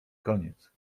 koniec